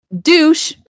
douche